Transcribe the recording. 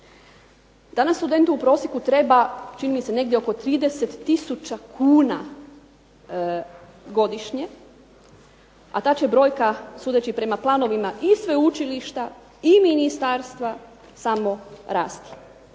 Danas studentu u prosjeku treba čini mi se negdje oko 30000 kuna godišnje a ta će brojka sudeći prema planovima i sveučilišta i ministarstva samo rasti.